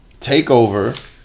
TakeOver